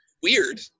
weird